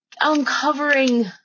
uncovering